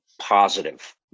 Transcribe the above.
positive